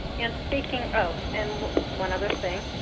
and speaking oh, and one other thing.